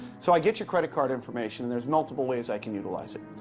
so i get your credit-card information. and there's multiple ways i could utilize it.